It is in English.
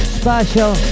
special